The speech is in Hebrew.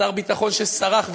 שר ביטחון שסרח,